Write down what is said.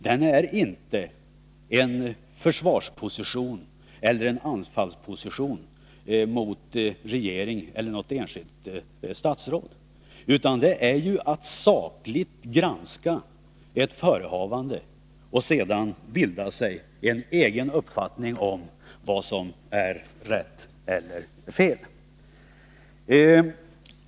Den skall inte gå ut på att inta en försvarsposition eller en anfallsposition i förhållande till regeringen eller något enskilt statsråd, utan den skall innebära att man gör en saklig granskning av ett förehavande och sedan bildar sig en egen uppfattning om vad som är rätt eller fel.